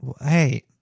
Hey